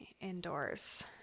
indoors